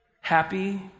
Happy